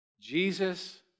Jesus